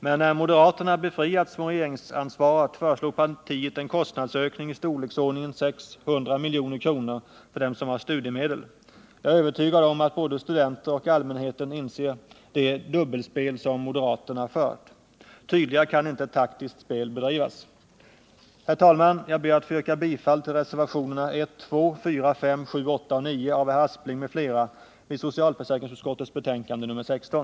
Men sedan moderaterna befriats från regeringsansvaret föreslår partiet en kostnadsökning i storleksordningen 600 milj.kr. för dem som har studiemedel. Jag är övertygad om att både studenterna och allmänheten inser det dubbelspel som moderaterna fört. Tydligare kan inte ett taktiskt spel bedrivas. Herr talman! Jag ber att få yrka bifall till reservationerna 1,2,4,5,7,8 och 9 av herr Aspling m.fl. vid socialförsäkringsutskottets betänkande nr 16.